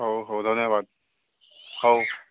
ହଉ ହଉ ଧନ୍ୟବାଦ ହଉ